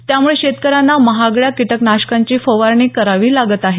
त्यामुळे शेतकऱ्यांना महागड्या कीटकनाशकांची फवारणी करावी लागत आहे